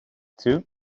too